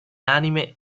anime